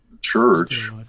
church